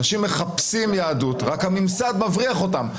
אנשים מחפשים יהדות רק שהממסד מבריח אותם.